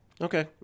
Okay